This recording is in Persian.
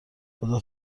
خدا